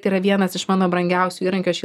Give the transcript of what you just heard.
tai yra vienas iš mano brangiausių įrankių aš